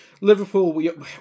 Liverpool